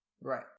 Right